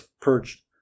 purged